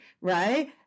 right